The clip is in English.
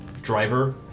driver